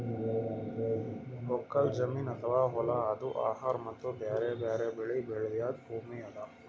ಒಕ್ಕಲ್ ಜಮೀನ್ ಅಥವಾ ಹೊಲಾ ಇದು ಆಹಾರ್ ಮತ್ತ್ ಬ್ಯಾರೆ ಬ್ಯಾರೆ ಬೆಳಿ ಬೆಳ್ಯಾದ್ ಭೂಮಿ ಅದಾ